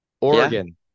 Oregon